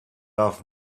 off